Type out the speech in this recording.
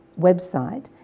website